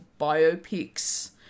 biopics